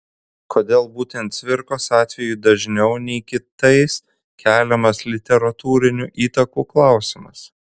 kodėl būtent cvirkos atveju dažniau nei kitais keliamas literatūrinių įtakų klausimas